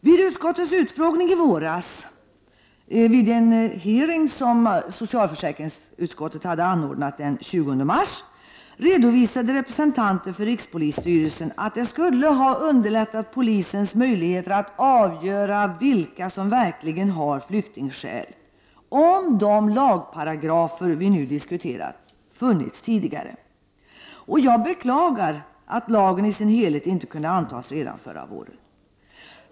Vid den av utskottet anordnade utfrågningen den 20 mars redovisade representanter för rikspolisstyrelsen att det skulle ha underlättat polisens möjligheter att avgöra vilka som verkligen har flyktingskäl, om de lagparagrafer som vi nu diskuterar hade funnits tidigare. Jag beklagar att lagen i dess helhet inte kunde antas redan förra våren.